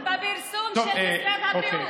אני יודעת שלא הושקע בפרסום של משרד הבריאות.